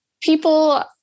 people